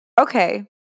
okay